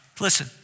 Listen